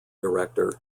director